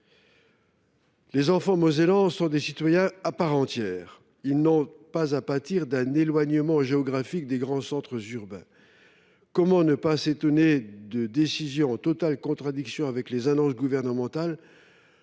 Les enfants mosellans sont des citoyens à part entière. Ils n’ont pas à pâtir d’un éloignement géographique des grands centres urbains. Comment ne pas s’étonner de décisions en totale contradiction avec les annonces gouvernementales